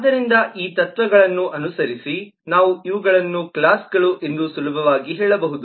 ಆದ್ದರಿಂದ ಈ ತತ್ವಗಳನ್ನು ಅನುಸರಿಸಿ ನಾವು ಇವುಗಳನ್ನು ಕ್ಲಾಸ್ಗಳು ಎಂದು ಸುಲಭವಾಗಿ ಹೇಳಬಹುದು